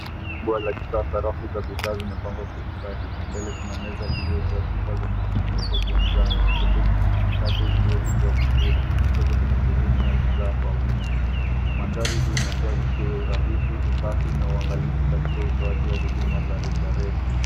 Duka la kisasa. Rafu za bidhaa zimepangwa kwa ustadi. Mbele kuna meza iliyojaa chupa zenye vifuniko vya njano. Pembeni kuna mikate iliyofungwa vizuri. Kushoto kuna sehemu za bidhaa kwa wingi. Mandhari hii inatoa hisia yaa urahisi, usafi na uangalifu katika utoaji wa huduma za rejareja.